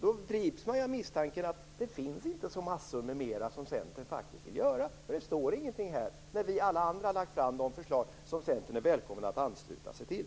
Då grips man av misstanken att det inte finns så "massor med mera" som Centern faktiskt vill göra gällande. Det står ingenting här. Vi alla andra har lagt fram förslag som Centern är välkommen att ansluta sig till.